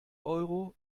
euro